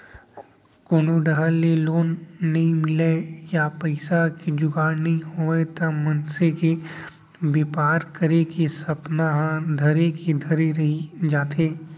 कोनो डाहर ले लोन नइ मिलय या पइसा के जुगाड़ नइ होवय त मनसे के बेपार करे के सपना ह धरे के धरे रही जाथे